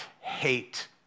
hate